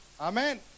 amen